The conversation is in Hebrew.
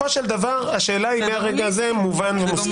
בסופו של דבר השאלה היא לרגע הזה מובן ומוסכם.